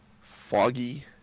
foggy